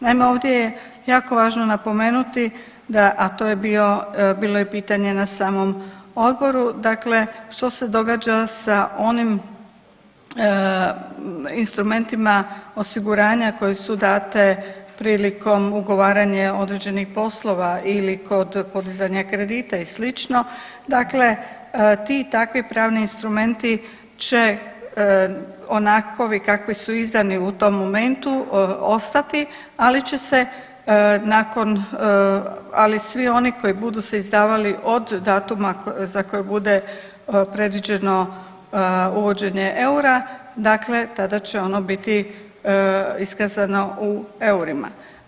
Naime, ovdje je jako važno napomenuti da, a to je bio, bilo i pitanje na samom Odboru, dakle što se događa sa onim instrumentima osiguranja koji su date prilikom ugovaranja određenih poslova ili kod podizanja kredita i slično, dakle ti takvi pravni instrumenti će onakovi kakvi su izdani u tom momentu, ostati, ali će se nakon, ali svi oni koji budu se izdavali od datuma za koji bude predviđeno uvođenje eura, dakle tada će ono biti iskazano u eurima.